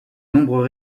nombreux